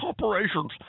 corporations